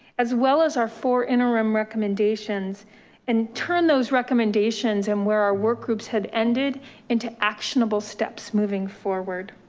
as well as our four interim recommendations and turn those recommendations and where our work groups had ended into actionable steps moving forward.